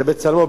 זה בצלמו,